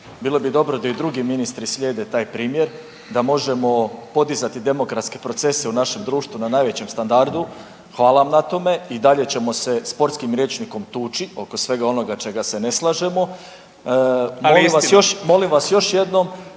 bilo bi dobro da i drugi ministri slijede taj primjer da možemo podizati demokratske procese u našem društvu na najvećem standardu, hvala vam na tome. I dalje ćemo se sportskim rječnikom tuči oko svega onoga čega se ne slažemo. …/Upadica: Ali je